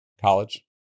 college